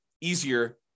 easier